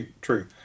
true